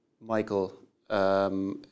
Michael